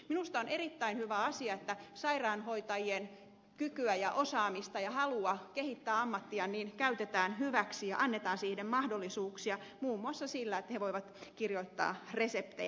minusta on erittäin hyvä asia että sairaanhoitajien kykyä ja osaamista ja halua kehittää ammattiaan käytetään hyväksi ja annetaan siihen mahdollisuuksia muun muassa sillä että he voivat kirjoittaa reseptejä